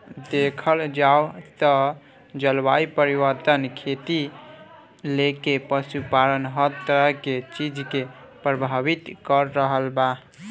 देखल जाव त जलवायु परिवर्तन खेती से लेके पशुपालन हर तरह के चीज के प्रभावित कर रहल बा